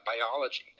biology